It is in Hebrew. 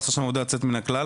הוא עשה שם עבודה יוצאת מן הכלל.